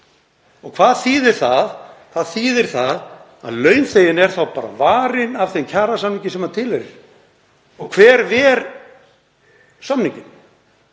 Hvað þýðir það? Það þýðir að launþeginn er þá varinn af þeim kjarasamningi sem hann tilheyrir. Og hver ver samninginn?